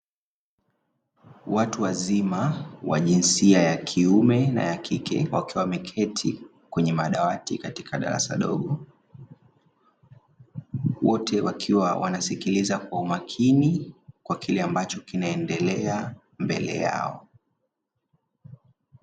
Watu wazima wa jinsia ya kiume na ya kike wakiwa wameketi kwenye madawati katika darasa dogo, wote wakiwa wanasikiliza kwa umakini kwa kile ambacho kinaendelea mbele yao.